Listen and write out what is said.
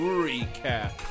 recap